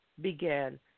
began